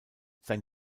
sein